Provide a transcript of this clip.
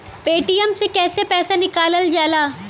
Paytm से कैसे पैसा निकलल जाला?